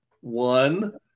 One